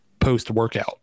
post-workout